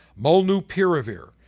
Molnupiravir